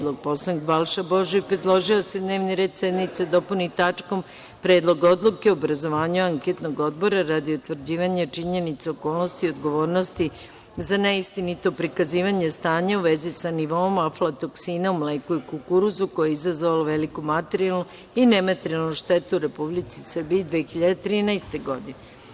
Narodni poslanik Balša Božović predložio je da se dnevni red sednice dopuni tačkom – Predlog odluke o obrazovanju anketnog odbora radi utvrđivanja činjenica, okolnosti i odgovornosti za neistinito prikazivanje stanja u vezi sa nivoom aflatoksina u mleku i kukuruzu, koje je izazvalo veliku materijalnu i nematerijalnu štetu u Republici Srbiji 2013. godine.